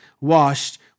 washed